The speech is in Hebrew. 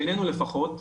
בעינינו לפחות,